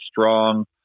strong